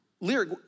Lyric